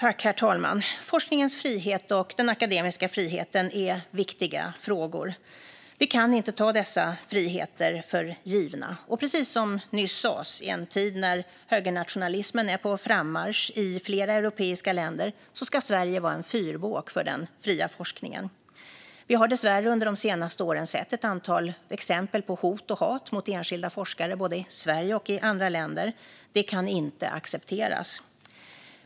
Herr talman! Forskningens frihet och den akademiska friheten är viktiga frågor. Vi kan inte ta dessa friheter för givna. Precis som nyss sas ska Sverige, i en tid när högernationalismen är på frammarsch i flera europeiska länder, vara en fyrbåk för den fria forskningen. Vi har dessvärre under de senaste åren sett ett antal exempel på hot och hat mot enskilda forskare både i Sverige och i andra länder. Det kan inte accepteras.